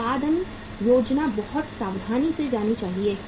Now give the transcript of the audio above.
उत्पादन योजना बहुत सावधानी से की जानी चाहिए